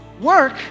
Work